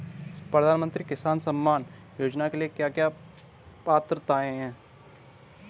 प्रधानमंत्री किसान सम्मान योजना के लिए क्या क्या पात्रताऐं हैं?